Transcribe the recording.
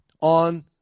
on